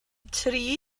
tri